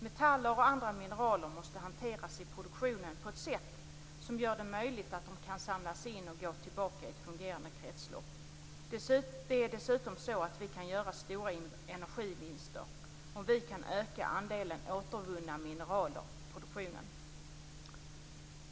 Metaller och andra mineraler måste hanteras i produktionen på ett sådant sätt att det blir möjligt att samla in dem för att sedan gå tillbaka i ett fungerande kretslopp. Dessutom kan vi göra stora energivinster om vi kan öka andelen återvunna mineraler i produktionen.